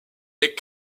est